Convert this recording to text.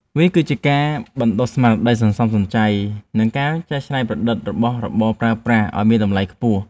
វាគឺជាការបណ្តុះស្មារតីសន្សំសំចៃ និងការចេះច្នៃប្រឌិតរបស់របរប្រើប្រាស់ឱ្យមានតម្លៃខ្ពស់។